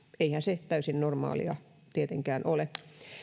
eihän se täysin normaalia tietenkään ole